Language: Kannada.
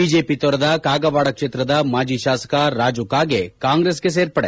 ಬಿಜೆಪಿ ತೊರೆದ ಕಾಗವಾಡ ಕ್ಷೇತ್ರದ ಮಾಜಿ ಶಾಸಕ ರಾಜು ಕಾಗೆ ಕಾಂಗ್ರೆಸ್ಗೆ ಸೇರ್ಪಡೆ